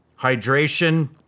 hydration